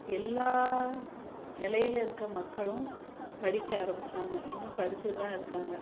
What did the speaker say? எல்லா நிலையில் இருக்கற மக்களும் படிக்க ஆரம்பிச்சாங்க இன்றும் படிச்சிக்கிட்டு தான் இருக்காங்க